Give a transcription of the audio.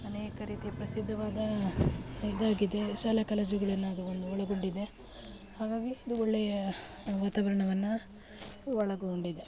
ಅನೇಕ ರೀತಿಯ ಪ್ರಸಿದ್ಧವಾದ ಇದಾಗಿದೆ ಶಾಲಾ ಕಾಲೇಜುಗಳನ್ನು ಅದು ಒಂದು ಒಳಗೊಂಡಿದೆ ಹಾಗಾಗಿ ಇದು ಒಳ್ಳೆಯ ವಾತಾವರಣವನ್ನು ಒಳಗೊಂಡಿದೆ